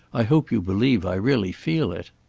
i hope you believe i really feel it.